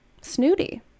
snooty